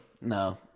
No